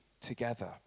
together